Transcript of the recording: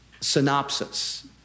synopsis